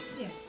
Yes